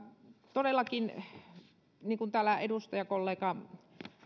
todellakin niin kuin täällä edustajakollega